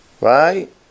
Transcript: Right